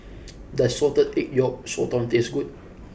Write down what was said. does Salted Egg Yolk Sotong taste good